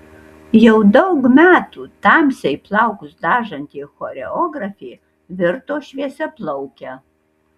jau daug metų tamsiai plaukus dažanti choreografė virto šviesiaplauke